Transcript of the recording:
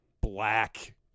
black